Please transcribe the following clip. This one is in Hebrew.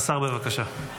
השר, בבקשה.